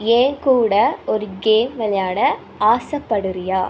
என் கூட ஒரு கேம் விளையாட ஆசைப்படுறாயா